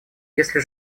если